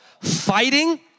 fighting